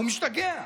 הוא משתגע.